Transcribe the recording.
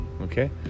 Okay